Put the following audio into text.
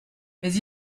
mais